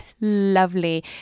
Lovely